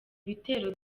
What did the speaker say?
ibitero